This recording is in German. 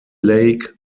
lake